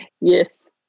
Yes